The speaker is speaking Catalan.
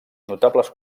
notables